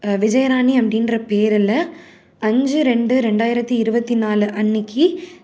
விஜயராணி அப்படின்ற பேருல அஞ்சு ரெண்டு ரெண்டாயிரத்து இருபத்தி நாலு அன்றைக்கி